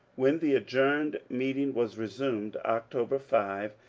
when the adjourned meeting was resumed, october five,